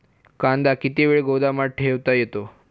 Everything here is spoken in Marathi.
कांदा किती वेळ गोदामात ठेवता येतो?